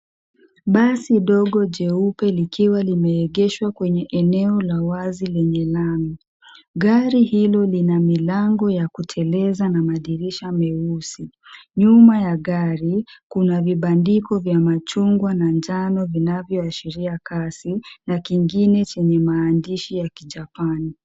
Basi ndogo jeupe likiwa limeegeshwa kwenye eneo la wazi lenye lami. Gari hilo lina milango ya kuteleza na madirisha meusi. Nyuma ya gari, kuna vibandiko vya machungwa na njano vinavyoashiria kasi na kingine chenye maandishi ya kijapani.